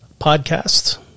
podcast